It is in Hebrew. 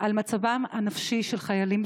על מצבם הנפשי של חיילים.